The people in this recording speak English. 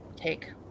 take